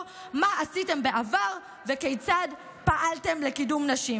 מה עשיתם בעבר וכיצד פעלתם לקידום נשים.